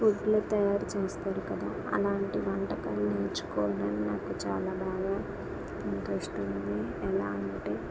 ఫుడ్లు తయారు చేస్తారు కదా అలాంటి వంటకం నేర్చుకోవడం నాకు చాలా బాగా ఇంట్రస్ట్ ఉంది ఎలా అంటే